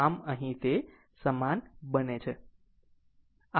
આમ અહીં તે સમાન છે